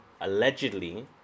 allegedly